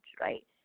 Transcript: right